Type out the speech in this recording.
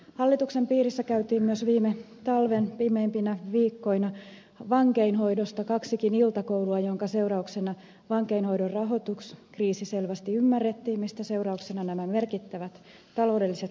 hallituksen piirissä käytiin myös viime talven pimeimpinä viikkoina vankeinhoidosta kaksikin iltakoulua joiden seurauksena vankeinhoidon rahoituskriisi selvästi ymmärrettiin mistä seurauksena nämä merkittävät taloudelliset lisäpanostukset